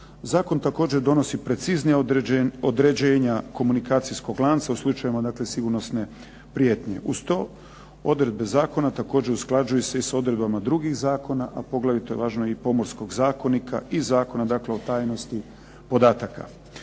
Zakon također donosi preciznija određenja komunikacijskog lanca u slučajevima dakle sigurnosne prijetnje. Uz to odredbe zakona također usklađuju se i s odredbama drugih zakona, a poglavito je važno i pomorskog zakonika i Zakona o tajnosti podataka.